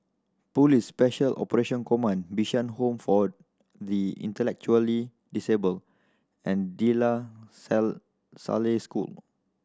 Police Special Operation Command Bishan Home for the Intellectually Disabled and De La sell Salle School